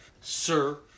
sir